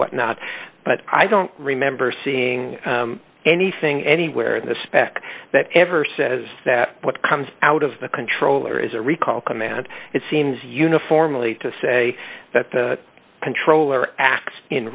whatnot but i don't remember seeing anything anywhere in the spec that ever says that what comes out of the controller is a recall command it seems uniformly to say that the controller acts in